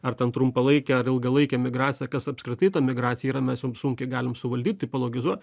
ar ten trumpalaikė ar ilgalaikė migracija kas apskritai ta migracija yra mes jau sunkiai galim suvaldyt tipologizuot